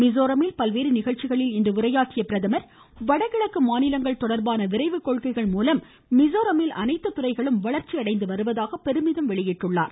மிசோரமில் பல்வேறு நிகழ்ச்சிகளில் இன்று உரையாற்றிய அவர் வடகிழக்கு மாநிலங்கள் தொடர்பான விரைவு கொள்கைகள் மூலம் மிசோரமில் அனைத்து துறைகளும் வளர்ச்சியடைந்து வருவதாக பெருமிதம் தெரிவித்தார்